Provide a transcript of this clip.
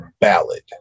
ballad